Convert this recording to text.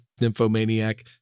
nymphomaniac